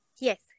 yes